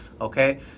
okay